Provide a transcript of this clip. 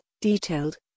detailed